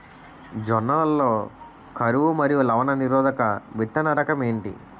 జొన్న లలో కరువు మరియు లవణ నిరోధక విత్తన రకం ఏంటి?